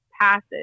Passage